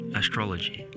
astrology